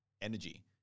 energy